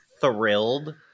thrilled